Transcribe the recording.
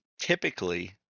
Typically